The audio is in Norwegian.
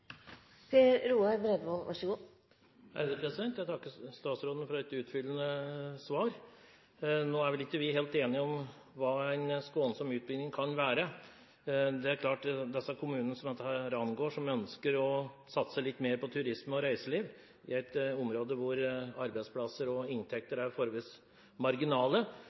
Jeg takker statsråden for et utfyllende svar. Nå er vel ikke vi helt enige om hva en skånsom utbygging kan være. Det er klart at for de kommunene dette angår, de som ønsker å satse litt mer på turisme og reiseliv i et område hvor arbeidsplasser og inntekter er forholdsvis marginale,